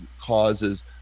causes